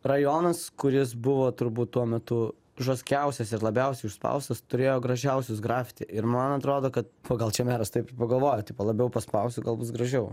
rajonas kuris buvo turbūt tuo metu žoskiausias ir labiausiai užspaustas turėjo gražiausius grafiti ir man atrodo kad o gal čia meras taip ir pagalvojo tipo labiau paspausiu gal bus gražiau